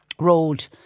road